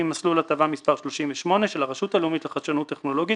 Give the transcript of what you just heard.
מסלול הטבה מספר 38 של הרשות הלאומית לחדשנות טכנולוגית,